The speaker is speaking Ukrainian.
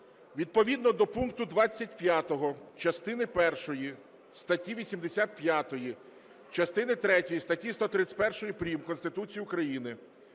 Відповідно до пункту 25 частини першої статті 85, частини третьої статті 131 прим. Конституції України,